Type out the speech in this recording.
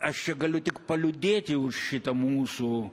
aš čia galiu tik paliūdėti už šitą mūsų